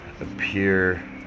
appear